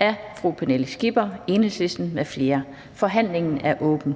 Af Pernille Skipper (EL) m.fl. (Fremsættelse